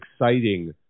exciting